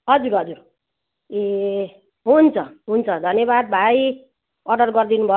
हजुर हजुर ए हुन्छ हुन्छ धन्यवाद भाइ अर्डर गरिदिनु भयो